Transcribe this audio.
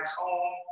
home